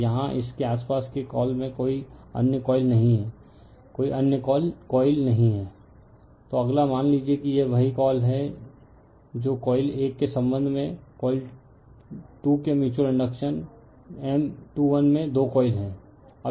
और यहाँ इस के आसपास के कॉल में कोई अन्य कॉइल नहीं है कोई अन्य कॉइल नहीं है रिफर स्लाइड टाइम 3529 तो अगला मान लीजिए कि यह वही कॉल है जो कॉइल 1 के संबंध में कॉइल 2 के म्यूच्यूअल इंडक्शन M 2 1 में दो कॉइल हैं